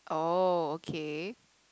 oh okay